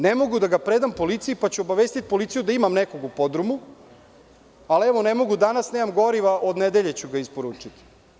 Ne mogu da ga predam policiji, pa ću obavestiti policiju da imam nekog u podrumu, ali evo, ne mogu danas, nemam goriva, od nedelje ću ga isporučiti.